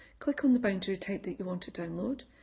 click on the boundary type that you want to download,